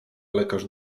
lekarz